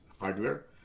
hardware